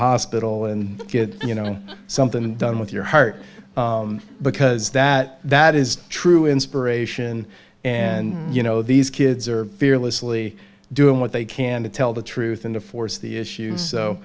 hospital and get you know something done with your heart because that that is true inspiration and you know these kids are fearlessly doing what they can to tell the truth and to force the issue so